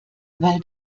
weil